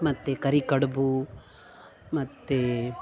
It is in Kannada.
ಮತ್ತು ಕರಿಕಡ್ಬು ಮತ್ತು